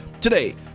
Today